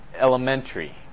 elementary